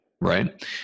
Right